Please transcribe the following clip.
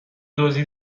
دزدی